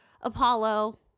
Apollo